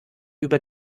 über